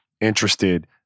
interested